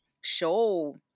show